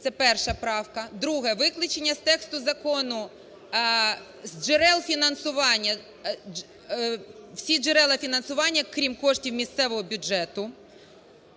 Це перша правка. Друге. Виключення з тексту закону з джерел фінансування, всі джерела фінансування, крім коштів місцевого бюджету.